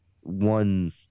one